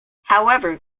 however